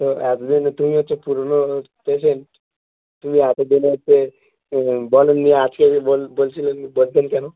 তো এত দিন তুমি হচ্ছে পুরনো ও পেশেন্ট তুমি এত দিন হচ্ছে বলেননি আজকে এসে বলছিলেন কেন